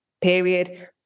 period